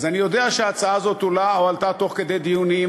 אז אני יודע שההצעה הזאת הועלתה תוך כדי דיונים,